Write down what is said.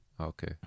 Okay